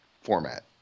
format